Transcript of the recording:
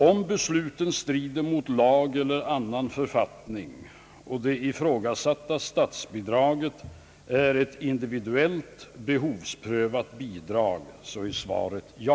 Om besluten strider mot lag eller annan författning och det ifrågasatta statsbidraget är ett individuellt behovsprövat bidrag är svaret ja.